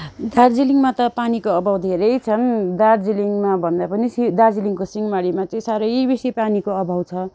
दार्जिलिङमा त पानीको अभाव धेरै छन् दार्जिलिङमा भन्दा पनि दार्जिलिङको सिँहमारीमा चाहिँ साह्रै बेसी पानीको अभाव छ